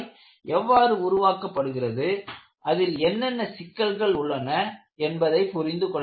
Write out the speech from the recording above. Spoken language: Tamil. அலாய் எவ்வாறு உருவாக்கப்படுகிறது அதில் என்னென்ன சிக்கல்கள் உள்ளன என்பதை புரிந்து கொள்ள வேண்டும்